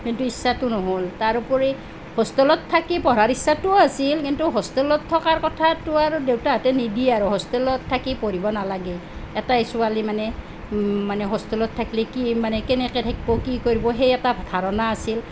কিন্তু ইচ্ছাটো নহ'ল তাৰ উপৰি হোষ্টেলত থাকি পঢ়াৰ ইচ্ছাটোও আছিল কিন্তু হোষ্টেলত থকাৰ কথাটো আৰু দেউতাহঁতে নিদিয়ে আৰু হোষ্টেলত থাকি পঢ়িব নালাগে এটাই ছোৱালী মানে মানে হোষ্টেলত থাকিলে কি মানে কেনেকৈ থাকিব কি কৰিব সেই এটা ধাৰণা আছিল